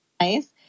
nice